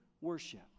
worship